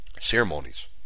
ceremonies